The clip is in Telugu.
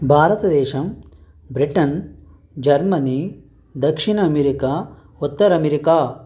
భారతదేశం బ్రిటన్ జర్మనీ దక్షిణ అమెరికా ఉత్తర అమెరికా